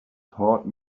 taught